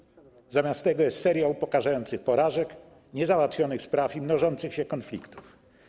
Zamiast tego jest seria upokarzających porażek, niezałatwionych spraw i mnożących się konfliktów.